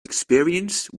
experience